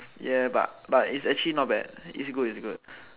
ya but but it's actually not bad it's good it's good